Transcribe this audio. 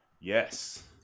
yes